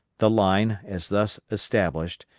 the line, as thus established,